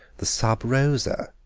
the sub-rosa,